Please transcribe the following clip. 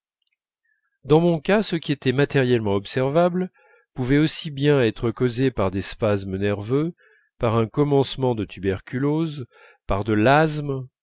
dans mon cas ce qui était matériellement observable pouvait aussi bien être causé par des spasmes nerveux par un commencement de tuberculose par de l'asthme